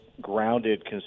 grounded